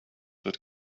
that